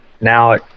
Now